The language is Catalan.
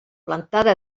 plantada